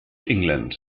england